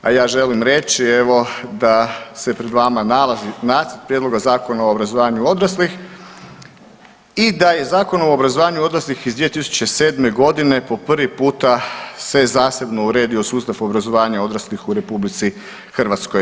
A ja želim reći evo da se pred vama nalazi Nacrt prijedloga Zakona o obrazovanju odraslih i da je Zakonom o obrazovanju odraslih iz 2007. godine po prvi puta se zasebno uredio sustav obrazovanja odraslih u RH.